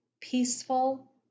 peaceful